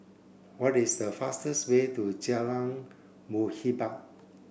what is the fastest way to Jalan Muhibbah